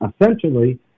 essentially